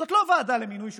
זאת לא ועדה למינוי שופטים,